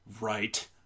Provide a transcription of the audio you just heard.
right